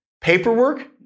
paperwork